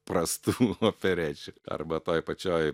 prastų operečių arba toj pačioj